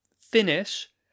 finish